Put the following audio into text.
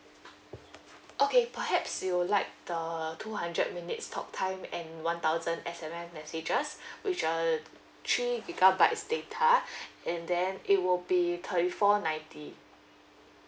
okay perhaps you would like the two hundred minutes talk time and one thousand S_M_S messages which uh three gigabytes data and then it will be thirty four ninety